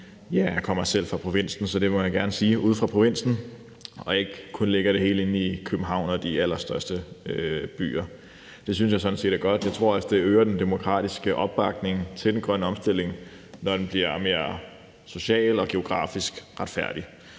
og jeg kommer selv fra provinsen, så det må jeg gerne sige – provinsen og ikke kun lægger det hele inde i København og de allerstørste byer. Det synes jeg sådan set er godt. Jeg tror også, det øger den demokratiske opbakning til den grønne omstilling, når den bliver mere socialt og geografisk retfærdig.